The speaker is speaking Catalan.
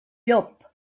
llop